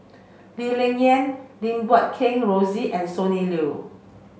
Lee Ling Yen Lim Guat Kheng Rosie and Sonny Liew